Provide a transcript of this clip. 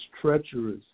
treacherous